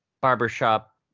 Barbershop